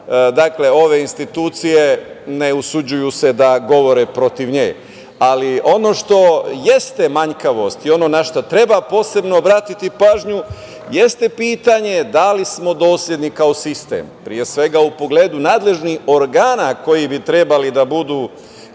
ove institucije ne usuđuju se da govore protiv nje. Ono što jeste manjkavost i ono na šta treba posebno obratiti pažnju, jeste pitanje da li smo dosledni kao sistem, pre svega, u pogledu nadležnih organa koji bi trebali da budu